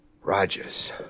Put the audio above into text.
Rogers